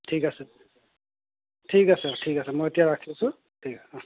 ঠিক আছে ঠিক আছে ঠিক আছে মই এতিয়া ৰাখিছোঁ ঠিক আছে অ